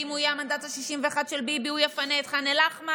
ואם הוא יהיה המנדט ה-61 של ביבי הוא יפנה את ח'אן אל-אחמר,